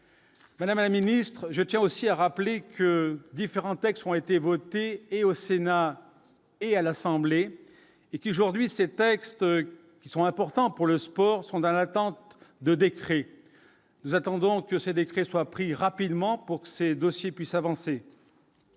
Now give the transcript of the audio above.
madame la ministre, je tiens aussi à rappeler que différents textes ont été votés et au Sénat et à l'Assemblée et qui, aujourd'hui, ces textes qui sont importants pour le sport sont dans l'attente de décret, nous attendons que ces décrets soit pris rapidement pour que ces dossiers puisse avancer.